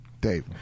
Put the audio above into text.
Dave